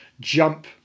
jump